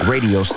Radio